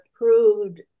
approved